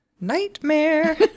nightmare